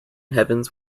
heavens